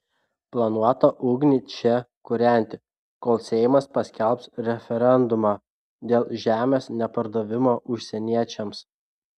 planuota ugnį čia kūrenti kol seimas paskelbs referendumą dėl žemės nepardavimo užsieniečiams